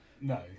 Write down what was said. no